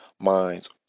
minds